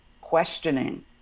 questioning